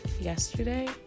yesterday